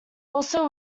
also